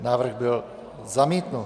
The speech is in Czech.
Návrh byl zamítnut.